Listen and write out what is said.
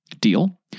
deal